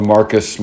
Marcus